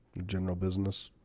general business